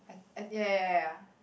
ya